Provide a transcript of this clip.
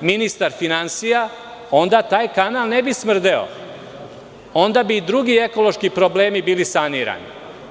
ministar finansija, onda taj kanal ne bi smrdeo, onda bi i drugi ekološki problemi bili sanirani.